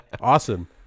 Awesome